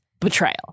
betrayal